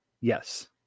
Yes